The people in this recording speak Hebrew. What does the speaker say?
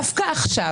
דווקא עכשיו,